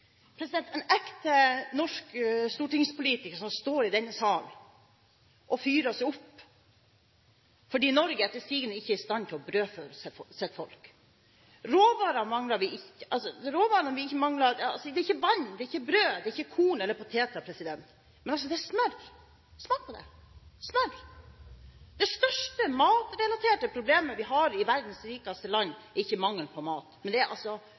en ekte norsk stortingspolitiker som står i denne salen og fyrer seg opp fordi Norge etter sigende ikke er i stand til å brødfø sitt folk. Vi mangler ikke råvarer som vann, brød, korn eller poteter, men vi mangler smør! Smak på det! Smør! Det største matrelaterte problemet vi har i verdens rikeste land, er ikke mangel på mat, men det er den vanvittige overfloden vi har, og det enorme berget av mat som vi kaster. Bare det å snakke om matmangel her til lands er